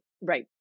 right